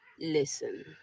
listen